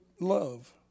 love